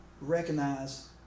recognize